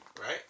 right